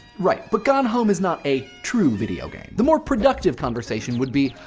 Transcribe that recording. right. but gone home is not a true video game. the more productive conversation would be,